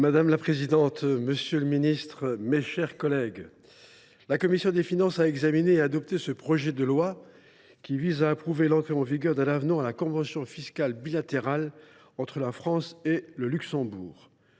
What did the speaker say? Madame la présidente, monsieur le ministre, mes chers collègues, la commission des finances a examiné et adopté ce projet de loi qui vise à approuver l’entrée en vigueur d’un avenant à la convention fiscale bilatérale entre la France et le Luxembourg.